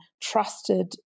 trusted